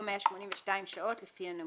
או 182 שעות, לפי הנמוך.